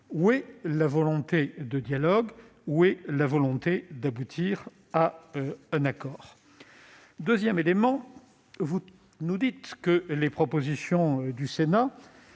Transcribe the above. Où est la volonté de dialogue ? Où est le désir d'aboutir à un accord ? Par ailleurs, vous nous dites que les propositions du Sénat